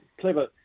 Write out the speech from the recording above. clever